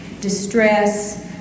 distress